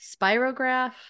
spirograph